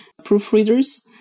proofreaders